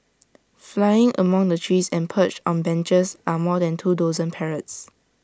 flying among the trees and perched on benches are more than two dozen parrots